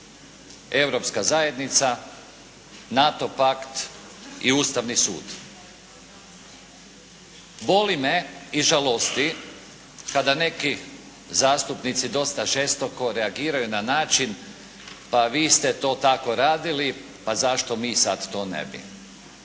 Europska zajednica, NATO pakt i Ustavni sud. Boli me i žalosti kada neki zastupnici dosta žestoko reagiraju na način pa vi ste to tako radili, pa zašto mi to sad ne bi.